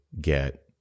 get